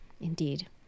Indeed